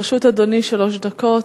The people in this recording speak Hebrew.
לרשות אדוני שלוש דקות.